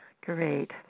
great